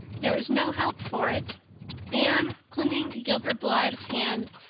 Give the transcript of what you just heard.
there was no help for it anne, clinging to gilbert blythe's hand,